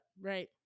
right